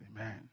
amen